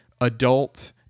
adult